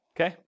Okay